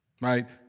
Right